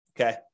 Okay